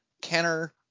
Kenner